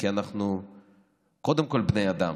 כי אנחנו קודם כול בני אדם,